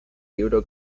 libro